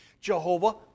Jehovah